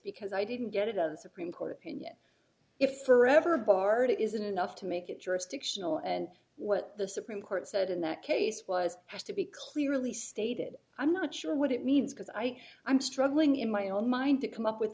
because i didn't get it of the supreme court opinion if forever barred it isn't enough to make it jurisdictional and what the supreme court said in that case was has to be clearly stated i'm not sure what it means because i i'm struggling in my own mind to come up with